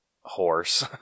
horse